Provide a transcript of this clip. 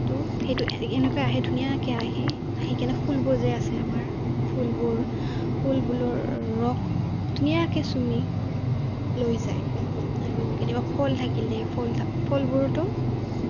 তো সেইটো এনেকৈ আহে ধুনীয়াকৈ আহি আহি কেনে ফুলবোৰ যে আছে আমাৰ ফুলবোৰ ফুলবোৰ ৰস ধুনীয়াকৈ চুমি লৈ যায় আৰু কেতিয়াবা ফুল থাকিলে ফুল ফুলবোৰতো